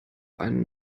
einen